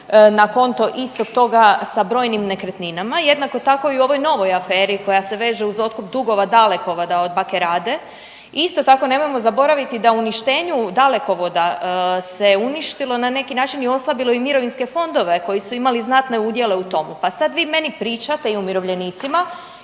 na konto istog toga sa brojnim nekretninama. Jednako tako, i u ovoj novoj aferi koja se veže uz otkup dugova Dalekovoda od bake Rade, isto tako, nemojmo zaboraviti da uništenju Dalekovoda se uništilo na neki način i oslabilo i mirovinske fondove koji su imali znatne udjele u tomu, pa sad vi meni pričate i umirovljenicima